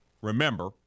remember